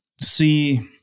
see